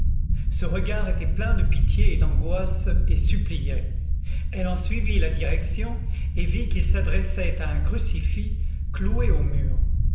ce regard était plein de pitié et d'angoisse et suppliait elle en suivit la direction et vit qu'il s'adressait à un crucifix cloué au mur